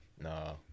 No